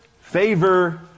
favor